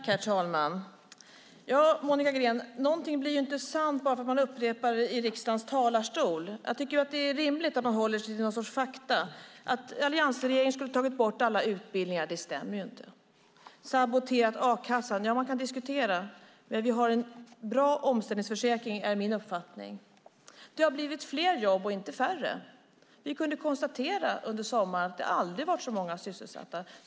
Herr talman! Någonting blir inte sant bara för att man upprepar det i riksdagens talarstol, Monica Green. Jag tycker att det är rimligt att man håller sig till någon sorts fakta. Det stämmer inte att alliansregeringen skulle ha tagit bort alla utbildningar och saboterat a-kassan. Det är min uppfattning att vi har en bra omställningsförsäkring. Det har blivit fler jobb och inte färre. Under sommaren kunde vi konstatera att det aldrig har varit så många sysselsatta.